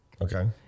Okay